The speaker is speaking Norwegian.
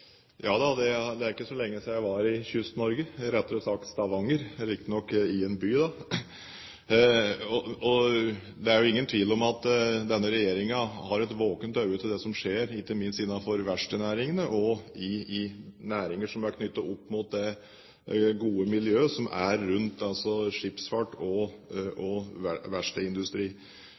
Ja da, det er ikke så lenge siden jeg var i Kyst-Norge, rettere sagt i Stavanger, riktignok i en by. Det er ingen tvil om at denne regjeringen har et våkent øye til det som skjer, ikke minst innenfor verkstedsnæringene og i næringer som er knyttet opp mot det gode miljøet som er rundt skipsfart og